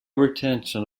retention